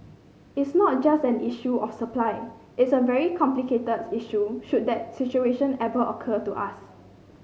it's not just an issue of supply it's a very complicated issue should that situation ever occur to us